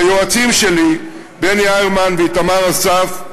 ליועצים שלי בני אהרמן ואיתמר אסף,